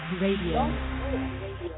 Radio